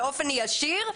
באופן ישיר,